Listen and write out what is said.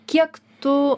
kiek tu